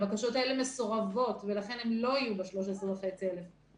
הבקשות האלה מסורבות ולכן הן לא יהיו ב-13,500 האלה.